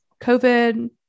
COVID